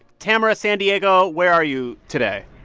tamara sandiego, where are you today?